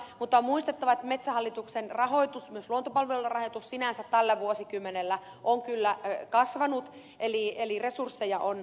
mutta on muistettava että metsähallituksen rahoitus myös luontopalvelujen rahoitus sinänsä tällä vuosikymmenellä on kyllä kasvanut eli resursseja on lisätty